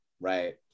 right